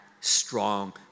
strong